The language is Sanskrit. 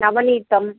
नवनीतं